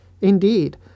Indeed